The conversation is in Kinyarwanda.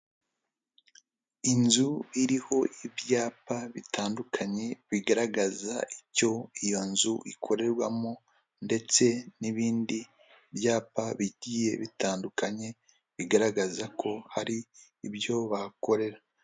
Inzu iriho ibyapa bitandukanye bigaragaza icyo iyo nzu ikorerwamo ndetse n'ibindi byapa bigiye bitandukanye, bigaragaza ko hari ibyo bakorera.